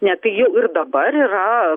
ne tai jau ir dabar yra